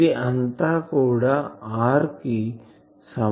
ఇది అంతా కూడా r కు సమాన దూరం లో ఉండాలి